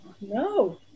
No